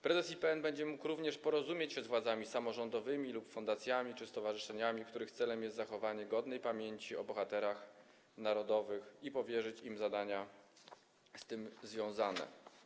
Prezes IPN będzie mógł również porozumieć się z władzami samorządowymi, fundacjami czy stowarzyszeniami, których celem jest zachowanie godnej pamięci o bohaterach narodowych, i powierzyć im zadania z tym związane.